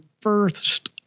first